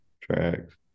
tracks